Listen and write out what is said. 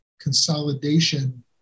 consolidation